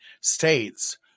states